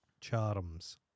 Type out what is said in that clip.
Charms